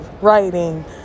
writing